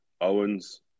Owens